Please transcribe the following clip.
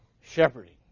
shepherding